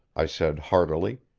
i said heartily,